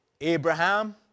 Abraham